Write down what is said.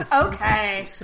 Okay